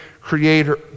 creator